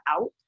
out